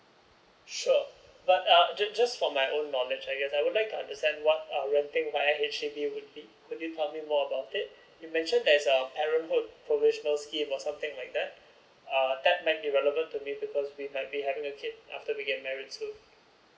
sure but uh just for my own knowledge I uh I would like to understand what renting via H_D_B would be would you tell me more about it you mentioned there is a parenthood provisional scheme or something like that uh that might be relevant to me because we might be having a kid after we get married soon